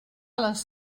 les